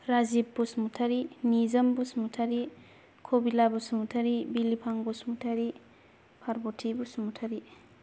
Rajib Basumatary Nijom Basumatary Kabila Basumatary Bilifang Basumatary Parbati Basumatary